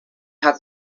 had